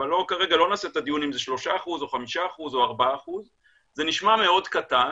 אבל כרגע לא נעשה את הדיון אם זה 3% או 5% או 4%. זה נשמע מאוד קטן,